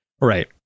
Right